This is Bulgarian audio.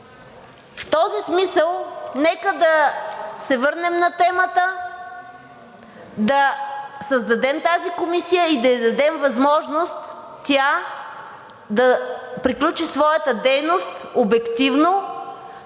В този смисъл нека да се върнем на темата, да създадем тази комисия и да ѝ дадем възможност тя да приключи своята дейност обективно